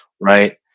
right